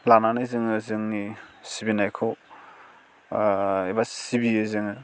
लानानै जोङो जोंनि सिबिनायखौ एबा सिबियो जोङो